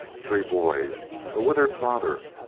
three boys, a withered father,